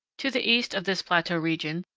to the east of this plateau region,